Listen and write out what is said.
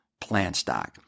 PlantStock